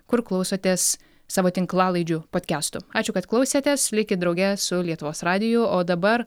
kur klausotės savo tinklalaidžių podkestų ačiū kad klausėtės likit drauge su lietuvos radiju o dabar